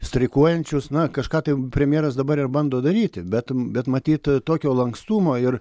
streikuojančius na kažką tai premjeras dabar ir bando daryti bet bet matyt tokio lankstumo ir